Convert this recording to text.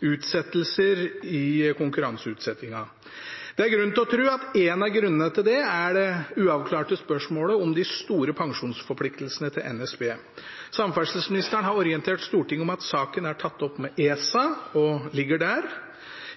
utsettelser, i konkurranseutsettingen. Det er grunn til å tro at en av grunnene til det er det uavklarte spørsmålet om de store pensjonsforpliktelsene til NSB. Samferdselsministeren har orientert Stortinget om at saken er tatt opp med ESA og ligger der.